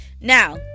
Now